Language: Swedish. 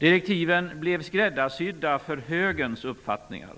Direktiven blev skräddarsydda för högerns uppfattningar.